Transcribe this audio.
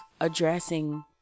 addressing